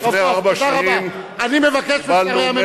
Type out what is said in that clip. לא על המצב של קדימה, על המצב של המדינה.